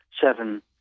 seven